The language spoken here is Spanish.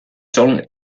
son